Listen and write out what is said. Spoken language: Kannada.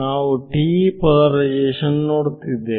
ನಾವು TE ಪೋಲಾರೈಸೇಶನ್ ನೋಡುತ್ತಿದ್ದೇವೆ